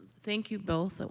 thank you both. and